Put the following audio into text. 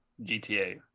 GTA